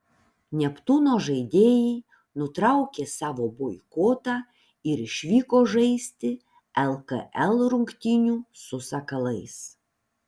neptūno žaidėjai nutraukė savo boikotą ir išvyko žaisti lkl rungtynių su sakalais